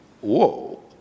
whoa